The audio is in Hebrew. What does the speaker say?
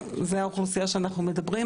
זו האוכלוסיה שאנחנו מדברים עליה,